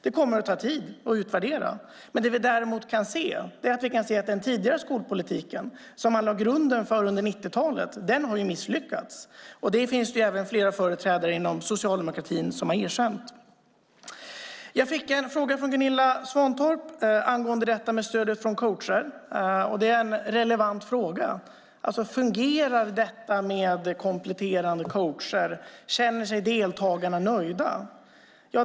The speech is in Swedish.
Det kommer att ta tid att utvärdera. Vi kan däremot se att den tidigare skolpolitiken - den som grunden lades för under 90-talet - har misslyckats. Flera företrädare inom socialdemokratin har erkänt det. Jag fick en fråga från Gunilla Svantorp om stödet från coacher. Det är en relevant fråga. Fungerar kompletterande coacher? Känner sig deltagarna nöjda?